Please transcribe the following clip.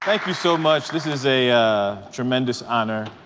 thank you so much. this is a tremendous honor.